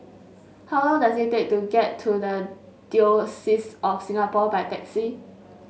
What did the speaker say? how long does it take to get to the Diocese of Singapore by taxi